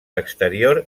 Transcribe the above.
exterior